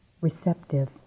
receptive